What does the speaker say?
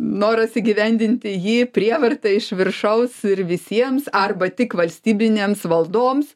noras įgyvendinti jį prievarta iš viršaus ir visiems arba tik valstybinėms valdoms